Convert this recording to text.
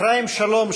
אפרים שלום,